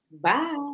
Bye